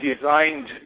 designed